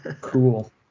Cool